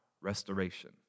restoration